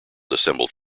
assembled